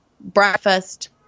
breakfast